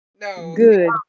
Good